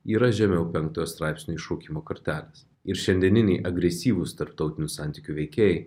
yra žemiau penktojo straipsnio iššaukimo kartelės ir šiandieniniai agresyvūs tarptautinių santykių veikėjai